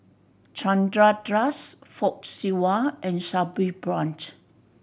Chandra Das Fock Siew Wah and Sabri Buang